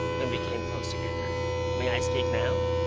when we came close together may i speak now?